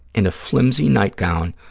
in a flimsy nightgown,